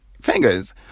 fingers